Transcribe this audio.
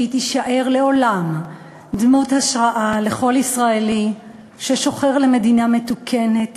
שהיא תישאר לעולם דמות השראה לכל ישראלי שוחר מדינה מתוקנת